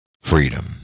freedom